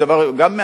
יש דבר מעניין,